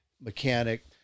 Mechanic